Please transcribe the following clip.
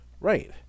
Right